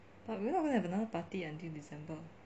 but we are not going to have another party until december